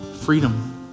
freedom